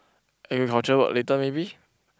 agriculture work later maybe